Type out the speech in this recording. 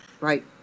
right